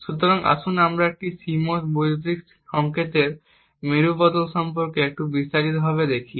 সুতরাং আসুন আমরা একটি CMOS বৈদ্যুতিন সংকেতের মেরু বদল সম্পর্কে একটু বিস্তারিতভাবে দেখি